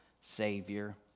Savior